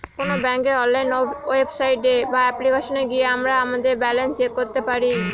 কোন ব্যাঙ্কের online website বা অ্যাপ্লিকেশনে গিয়ে আমরা আমাদের ব্যালান্স চেক করতে পারি